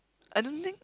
I don't think